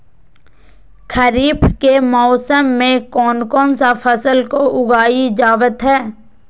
खरीफ के मौसम में कौन कौन सा फसल को उगाई जावत हैं?